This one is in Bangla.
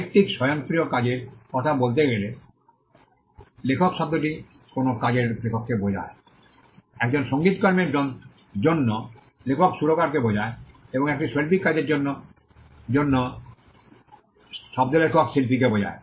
সাহিত্যিক স্বয়ংক্রিয় কাজের কথা বলতে গেলে লেখক শব্দটি কোনও কাজের লেখককে বোঝায় একজন সংগীত কর্মের জন্য লেখক সুরকারকে বোঝায় এবং একটি শৈল্পিক কাজের জন্য শব্দ লেখক শিল্পীকে বোঝায়